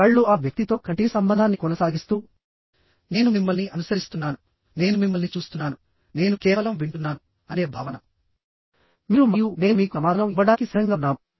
కళ్ళు ఆ వ్యక్తితో కంటి సంబంధాన్ని కొనసాగిస్తూ నేను మిమ్మల్ని అనుసరిస్తున్నాను నేను మిమ్మల్ని చూస్తున్నాను నేను కేవలం వింటున్నాను అనే భావన మీరు మరియు నేను మీకు సమాధానం ఇవ్వడానికి సిద్ధంగా ఉన్నాము